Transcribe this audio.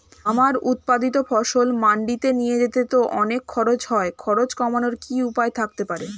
আমার উৎপাদিত ফসল মান্ডিতে নিয়ে যেতে তো অনেক খরচ হয় খরচ কমানোর কি উপায় থাকতে পারে?